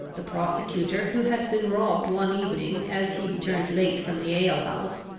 the prosecutor, who had been robbed one evening, as he returned late from the alehouse,